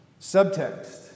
Subtext